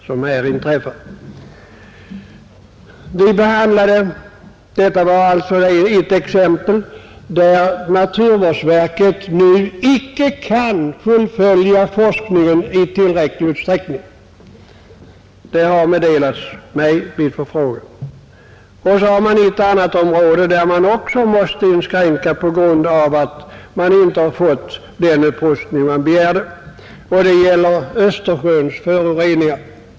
Detta var alltså exempel på ett område där naturvårdsverket nu icke kan fullfölja forskningen i tillräcklig utsträckning. Det har meddelats mig vid förfrågan. Ett annat område där man också måste göra inskränkningar därför att man inte har fått den upprustning man begärt är Östersjöns föroreningar.